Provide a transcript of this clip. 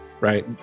right